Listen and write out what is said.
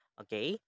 okay